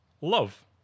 love